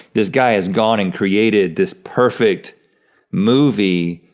this guy has gone and created this perfect movie,